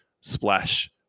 splash